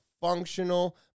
functional